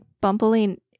bumbling